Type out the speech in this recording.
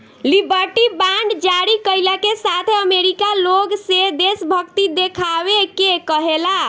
liberty bond जारी कईला के साथे अमेरिका लोग से देशभक्ति देखावे के कहेला